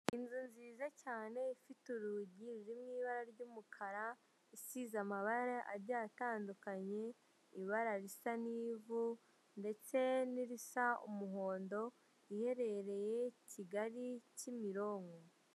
Inzu nziza cyane ifite urugi ruri mu ibara ry'umukara isize amabara agiye atandukanye ibara risa n'ivu ndetse n'irisa umuhondo iherereye Kigali Kimironko.